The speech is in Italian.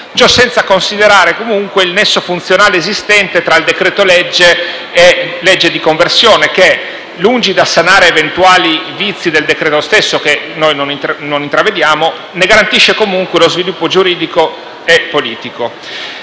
Ciò senza considerare il nesso funzionale esistente tra il decreto-legge e la legge di conversione che, lungi dal sanare eventuali vizi del decreto-legge (che noi non intravediamo), ne garantisce comunque lo sviluppo giuridico e politico.